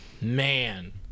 Man